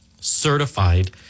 certified